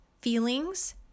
feelings